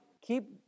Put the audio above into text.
keep